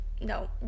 No